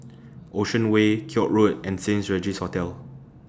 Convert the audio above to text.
Ocean Way Koek Road and Saint Regis Hotel